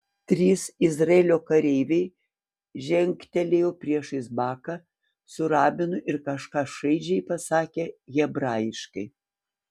trys izraelio kareiviai žengtelėjo priešais baką su rabinu ir kažką šaižiai pasakė hebrajiškai